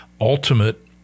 ultimate